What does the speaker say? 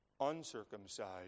uncircumcised